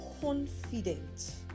confident